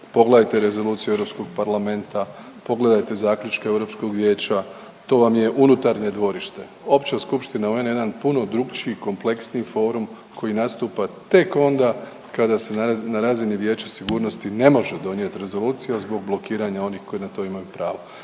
pogledajte Rezoluciju Europskog parlamenta, pogledajte zaključke Europskog vijeća, to vam je unutarnje dvorište, Opća skupština UN-a je jedan puno drukčiji i kompleksniji forum koji nastupa tek onda kada se na razini Vijeća sigurnosti ne može donijet rezolucija zbog blokiranja onih koji na to imaju pravo,